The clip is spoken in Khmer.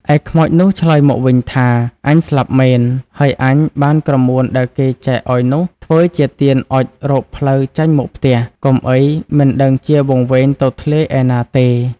ឯខ្មោចនោះឆ្លើយមកវិញថា "អញស្លាប់មែន, ហើយអញបានក្រមួនដែលគេចែកឲ្យនោះ ធ្វើជាទៀនអុជរកផ្លូវចេញមកផ្ទះ កុំអីមិនដឹងជាវង្វេងទៅធ្លាយឯណាទេ!" ។